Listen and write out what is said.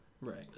right